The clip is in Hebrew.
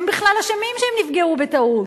הם בכלל אשמים שהם נפגעו בטעות.